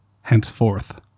henceforth